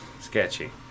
sketchy